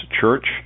Church